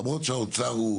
למרות שהאוצר הוא